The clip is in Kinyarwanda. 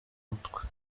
mutwe